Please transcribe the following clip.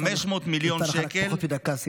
נותרה לך פחות מדקה.